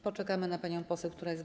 Poczekamy na panią poseł, która jest w